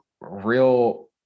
real